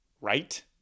Right